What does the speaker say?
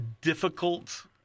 difficult